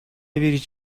верить